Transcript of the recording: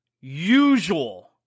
usual